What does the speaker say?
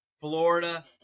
Florida